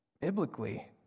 biblically